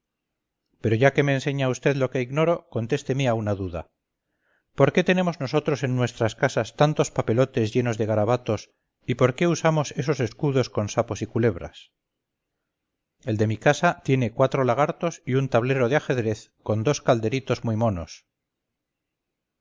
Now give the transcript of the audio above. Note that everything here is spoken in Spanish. pero ya que me enseña vd lo que ignoro contésteme a una duda por qué tenemos nosotros en nuestras casas tantos papelotes llenos de garabatos y por qué usamos esos escudos con sapos y culebras el de mi casa tiene cuatro lagartos y un tablero de ajedrez con dos calderitos muy monos